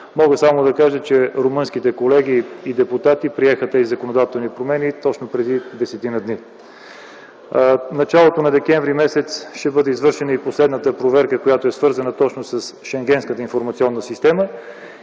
Мога само да кажа, че румънските колеги и депутати приеха тези законодателни промени точно преди десетина дни. В началото на м. декември ще бъде извършена и последната проверка, която е свързана точно с Шенгенската информационна система,